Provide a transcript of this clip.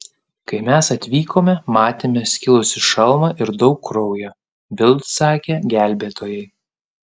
kai mes atvykome matėme skilusį šalmą ir daug kraujo bild sakė gelbėtojai